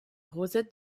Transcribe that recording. rosette